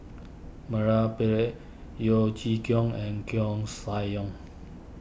Mura Pillai Yeo Chee Kiong and Koeh Sia Yong